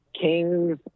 King's